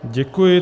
Děkuji.